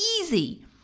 easy